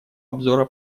обзора